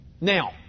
Now